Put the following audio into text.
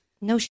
no